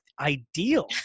ideal